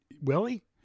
Willie